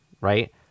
right